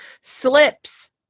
slips